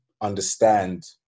understand